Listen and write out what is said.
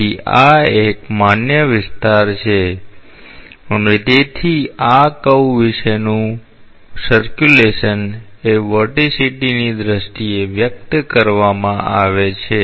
તેથી આ એક માન્ય વિસ્તાર છે અને તેથી આ કર્વ વિશેનું પરિભ્રમણ એ વર્ટિસિટીની દ્રષ્ટિએ વ્યક્ત કરવામાં આવે છે